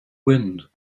wind